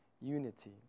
unity